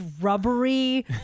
rubbery